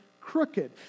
crooked